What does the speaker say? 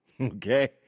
okay